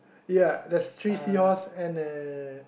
ya there's three seahorse and the